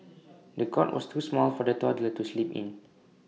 the cot was too small for the toddler to sleep in